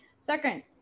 second